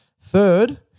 Third